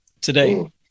today